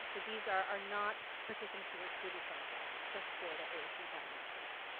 so these are not participants recruited for anxiety, just for their asd diagnosis.